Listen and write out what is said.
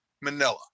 Manila